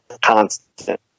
constant